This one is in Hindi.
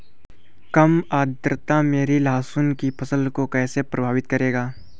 कम आर्द्रता मेरी लहसुन की फसल को कैसे प्रभावित करेगा?